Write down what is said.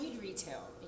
retail